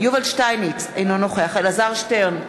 יובל שטייניץ, אינו נוכח אלעזר שטרן,